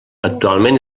actualment